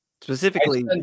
Specifically